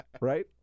Right